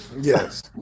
Yes